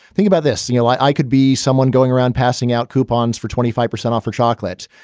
think about this. you know, i could be someone going around passing out coupons for twenty five percent off for chocolate.